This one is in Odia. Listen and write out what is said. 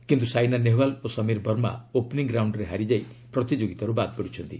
କିନ୍ତୁ ସାଇନା ନେହୱାଲ୍ ଓ ସମୀର ବର୍ମା ଓପ୍ନିଙ୍ଗ୍ ରାଉଣ୍ଡ୍ର ହାରିଯାଇ ପ୍ରତିଯୋଗିତାରୁ ବାଦ୍ ପଡ଼ିଛନ୍ତି